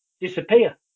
disappear